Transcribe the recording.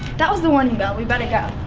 that was the warning bell, we'd better go.